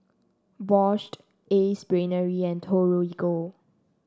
Ace Brainery and Torigo